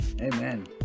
amen